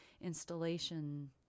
installation